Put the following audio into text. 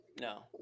No